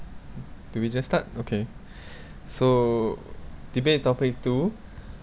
do we just start okay so debate topic two